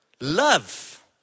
Love